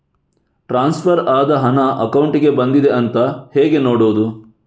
Transfer ಆದ ಹಣ ಅಕೌಂಟಿಗೆ ಬಂದಿದೆ ಅಂತ ಹೇಗೆ ನೋಡುವುದು?